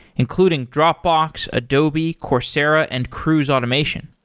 including dropbox, adobe, coursera and cruise automation.